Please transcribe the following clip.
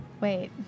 Wait